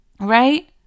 Right